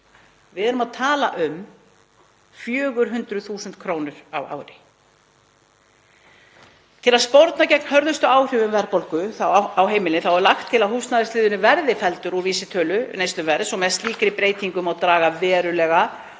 Við erum að tala um 400.000 kr. á ári. „Til að sporna gegn hörðustu áhrifum verðbólgunnar á heimilin er lagt til að húsnæðisliðurinn verði felldur út úr vísitölu neysluverðs. Með slíkri breytingu má draga verulega